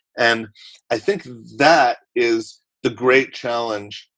and i think that is the great challenge,